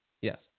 Yes